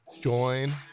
Join